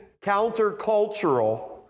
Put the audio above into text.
countercultural